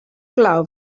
glaw